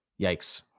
yikes